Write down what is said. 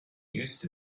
used